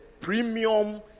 premium